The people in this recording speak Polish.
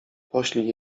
poślij